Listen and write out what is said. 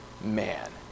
man